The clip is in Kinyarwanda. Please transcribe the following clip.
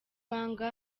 banga